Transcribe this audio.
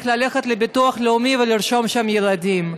ודווקא הדבר הזה לא חל על קצבאות ילדים.